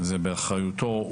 זה באחריותו.